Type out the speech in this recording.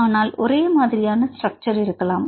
ஆனால் ஒரே மாதிரியான ஸ்ட்ரக்சர் இருக்கலாம்